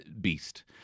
Beast